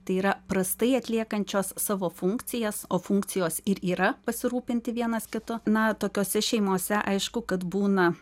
tai yra prastai atliekančios savo funkcijas o funkcijos ir yra pasirūpinti vienas kitu na tokiose šeimose aišku kad būna